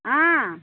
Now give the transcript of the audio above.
अ